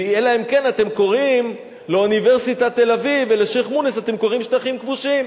אלא אם כן אתם קוראים לאוניברסיטת תל-אביב ולשיח'-מוניס שטחים כבושים,